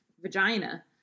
vagina